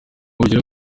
urugero